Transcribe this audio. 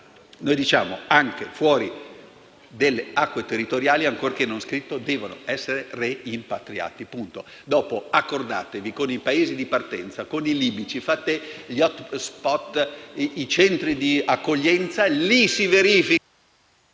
Noi diciamo che, anche fuori dalle acque territoriali, ancorché non sia scritto, i migranti devono essere rimpatriati. Poi accordatevi con i Paesi di partenza, con i libici e fate gli *hotspot* e i centri di accoglienza: lì si verificherà